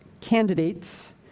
candidates